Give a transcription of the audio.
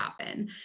happen